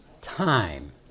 time